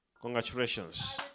Congratulations